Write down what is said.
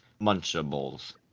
munchables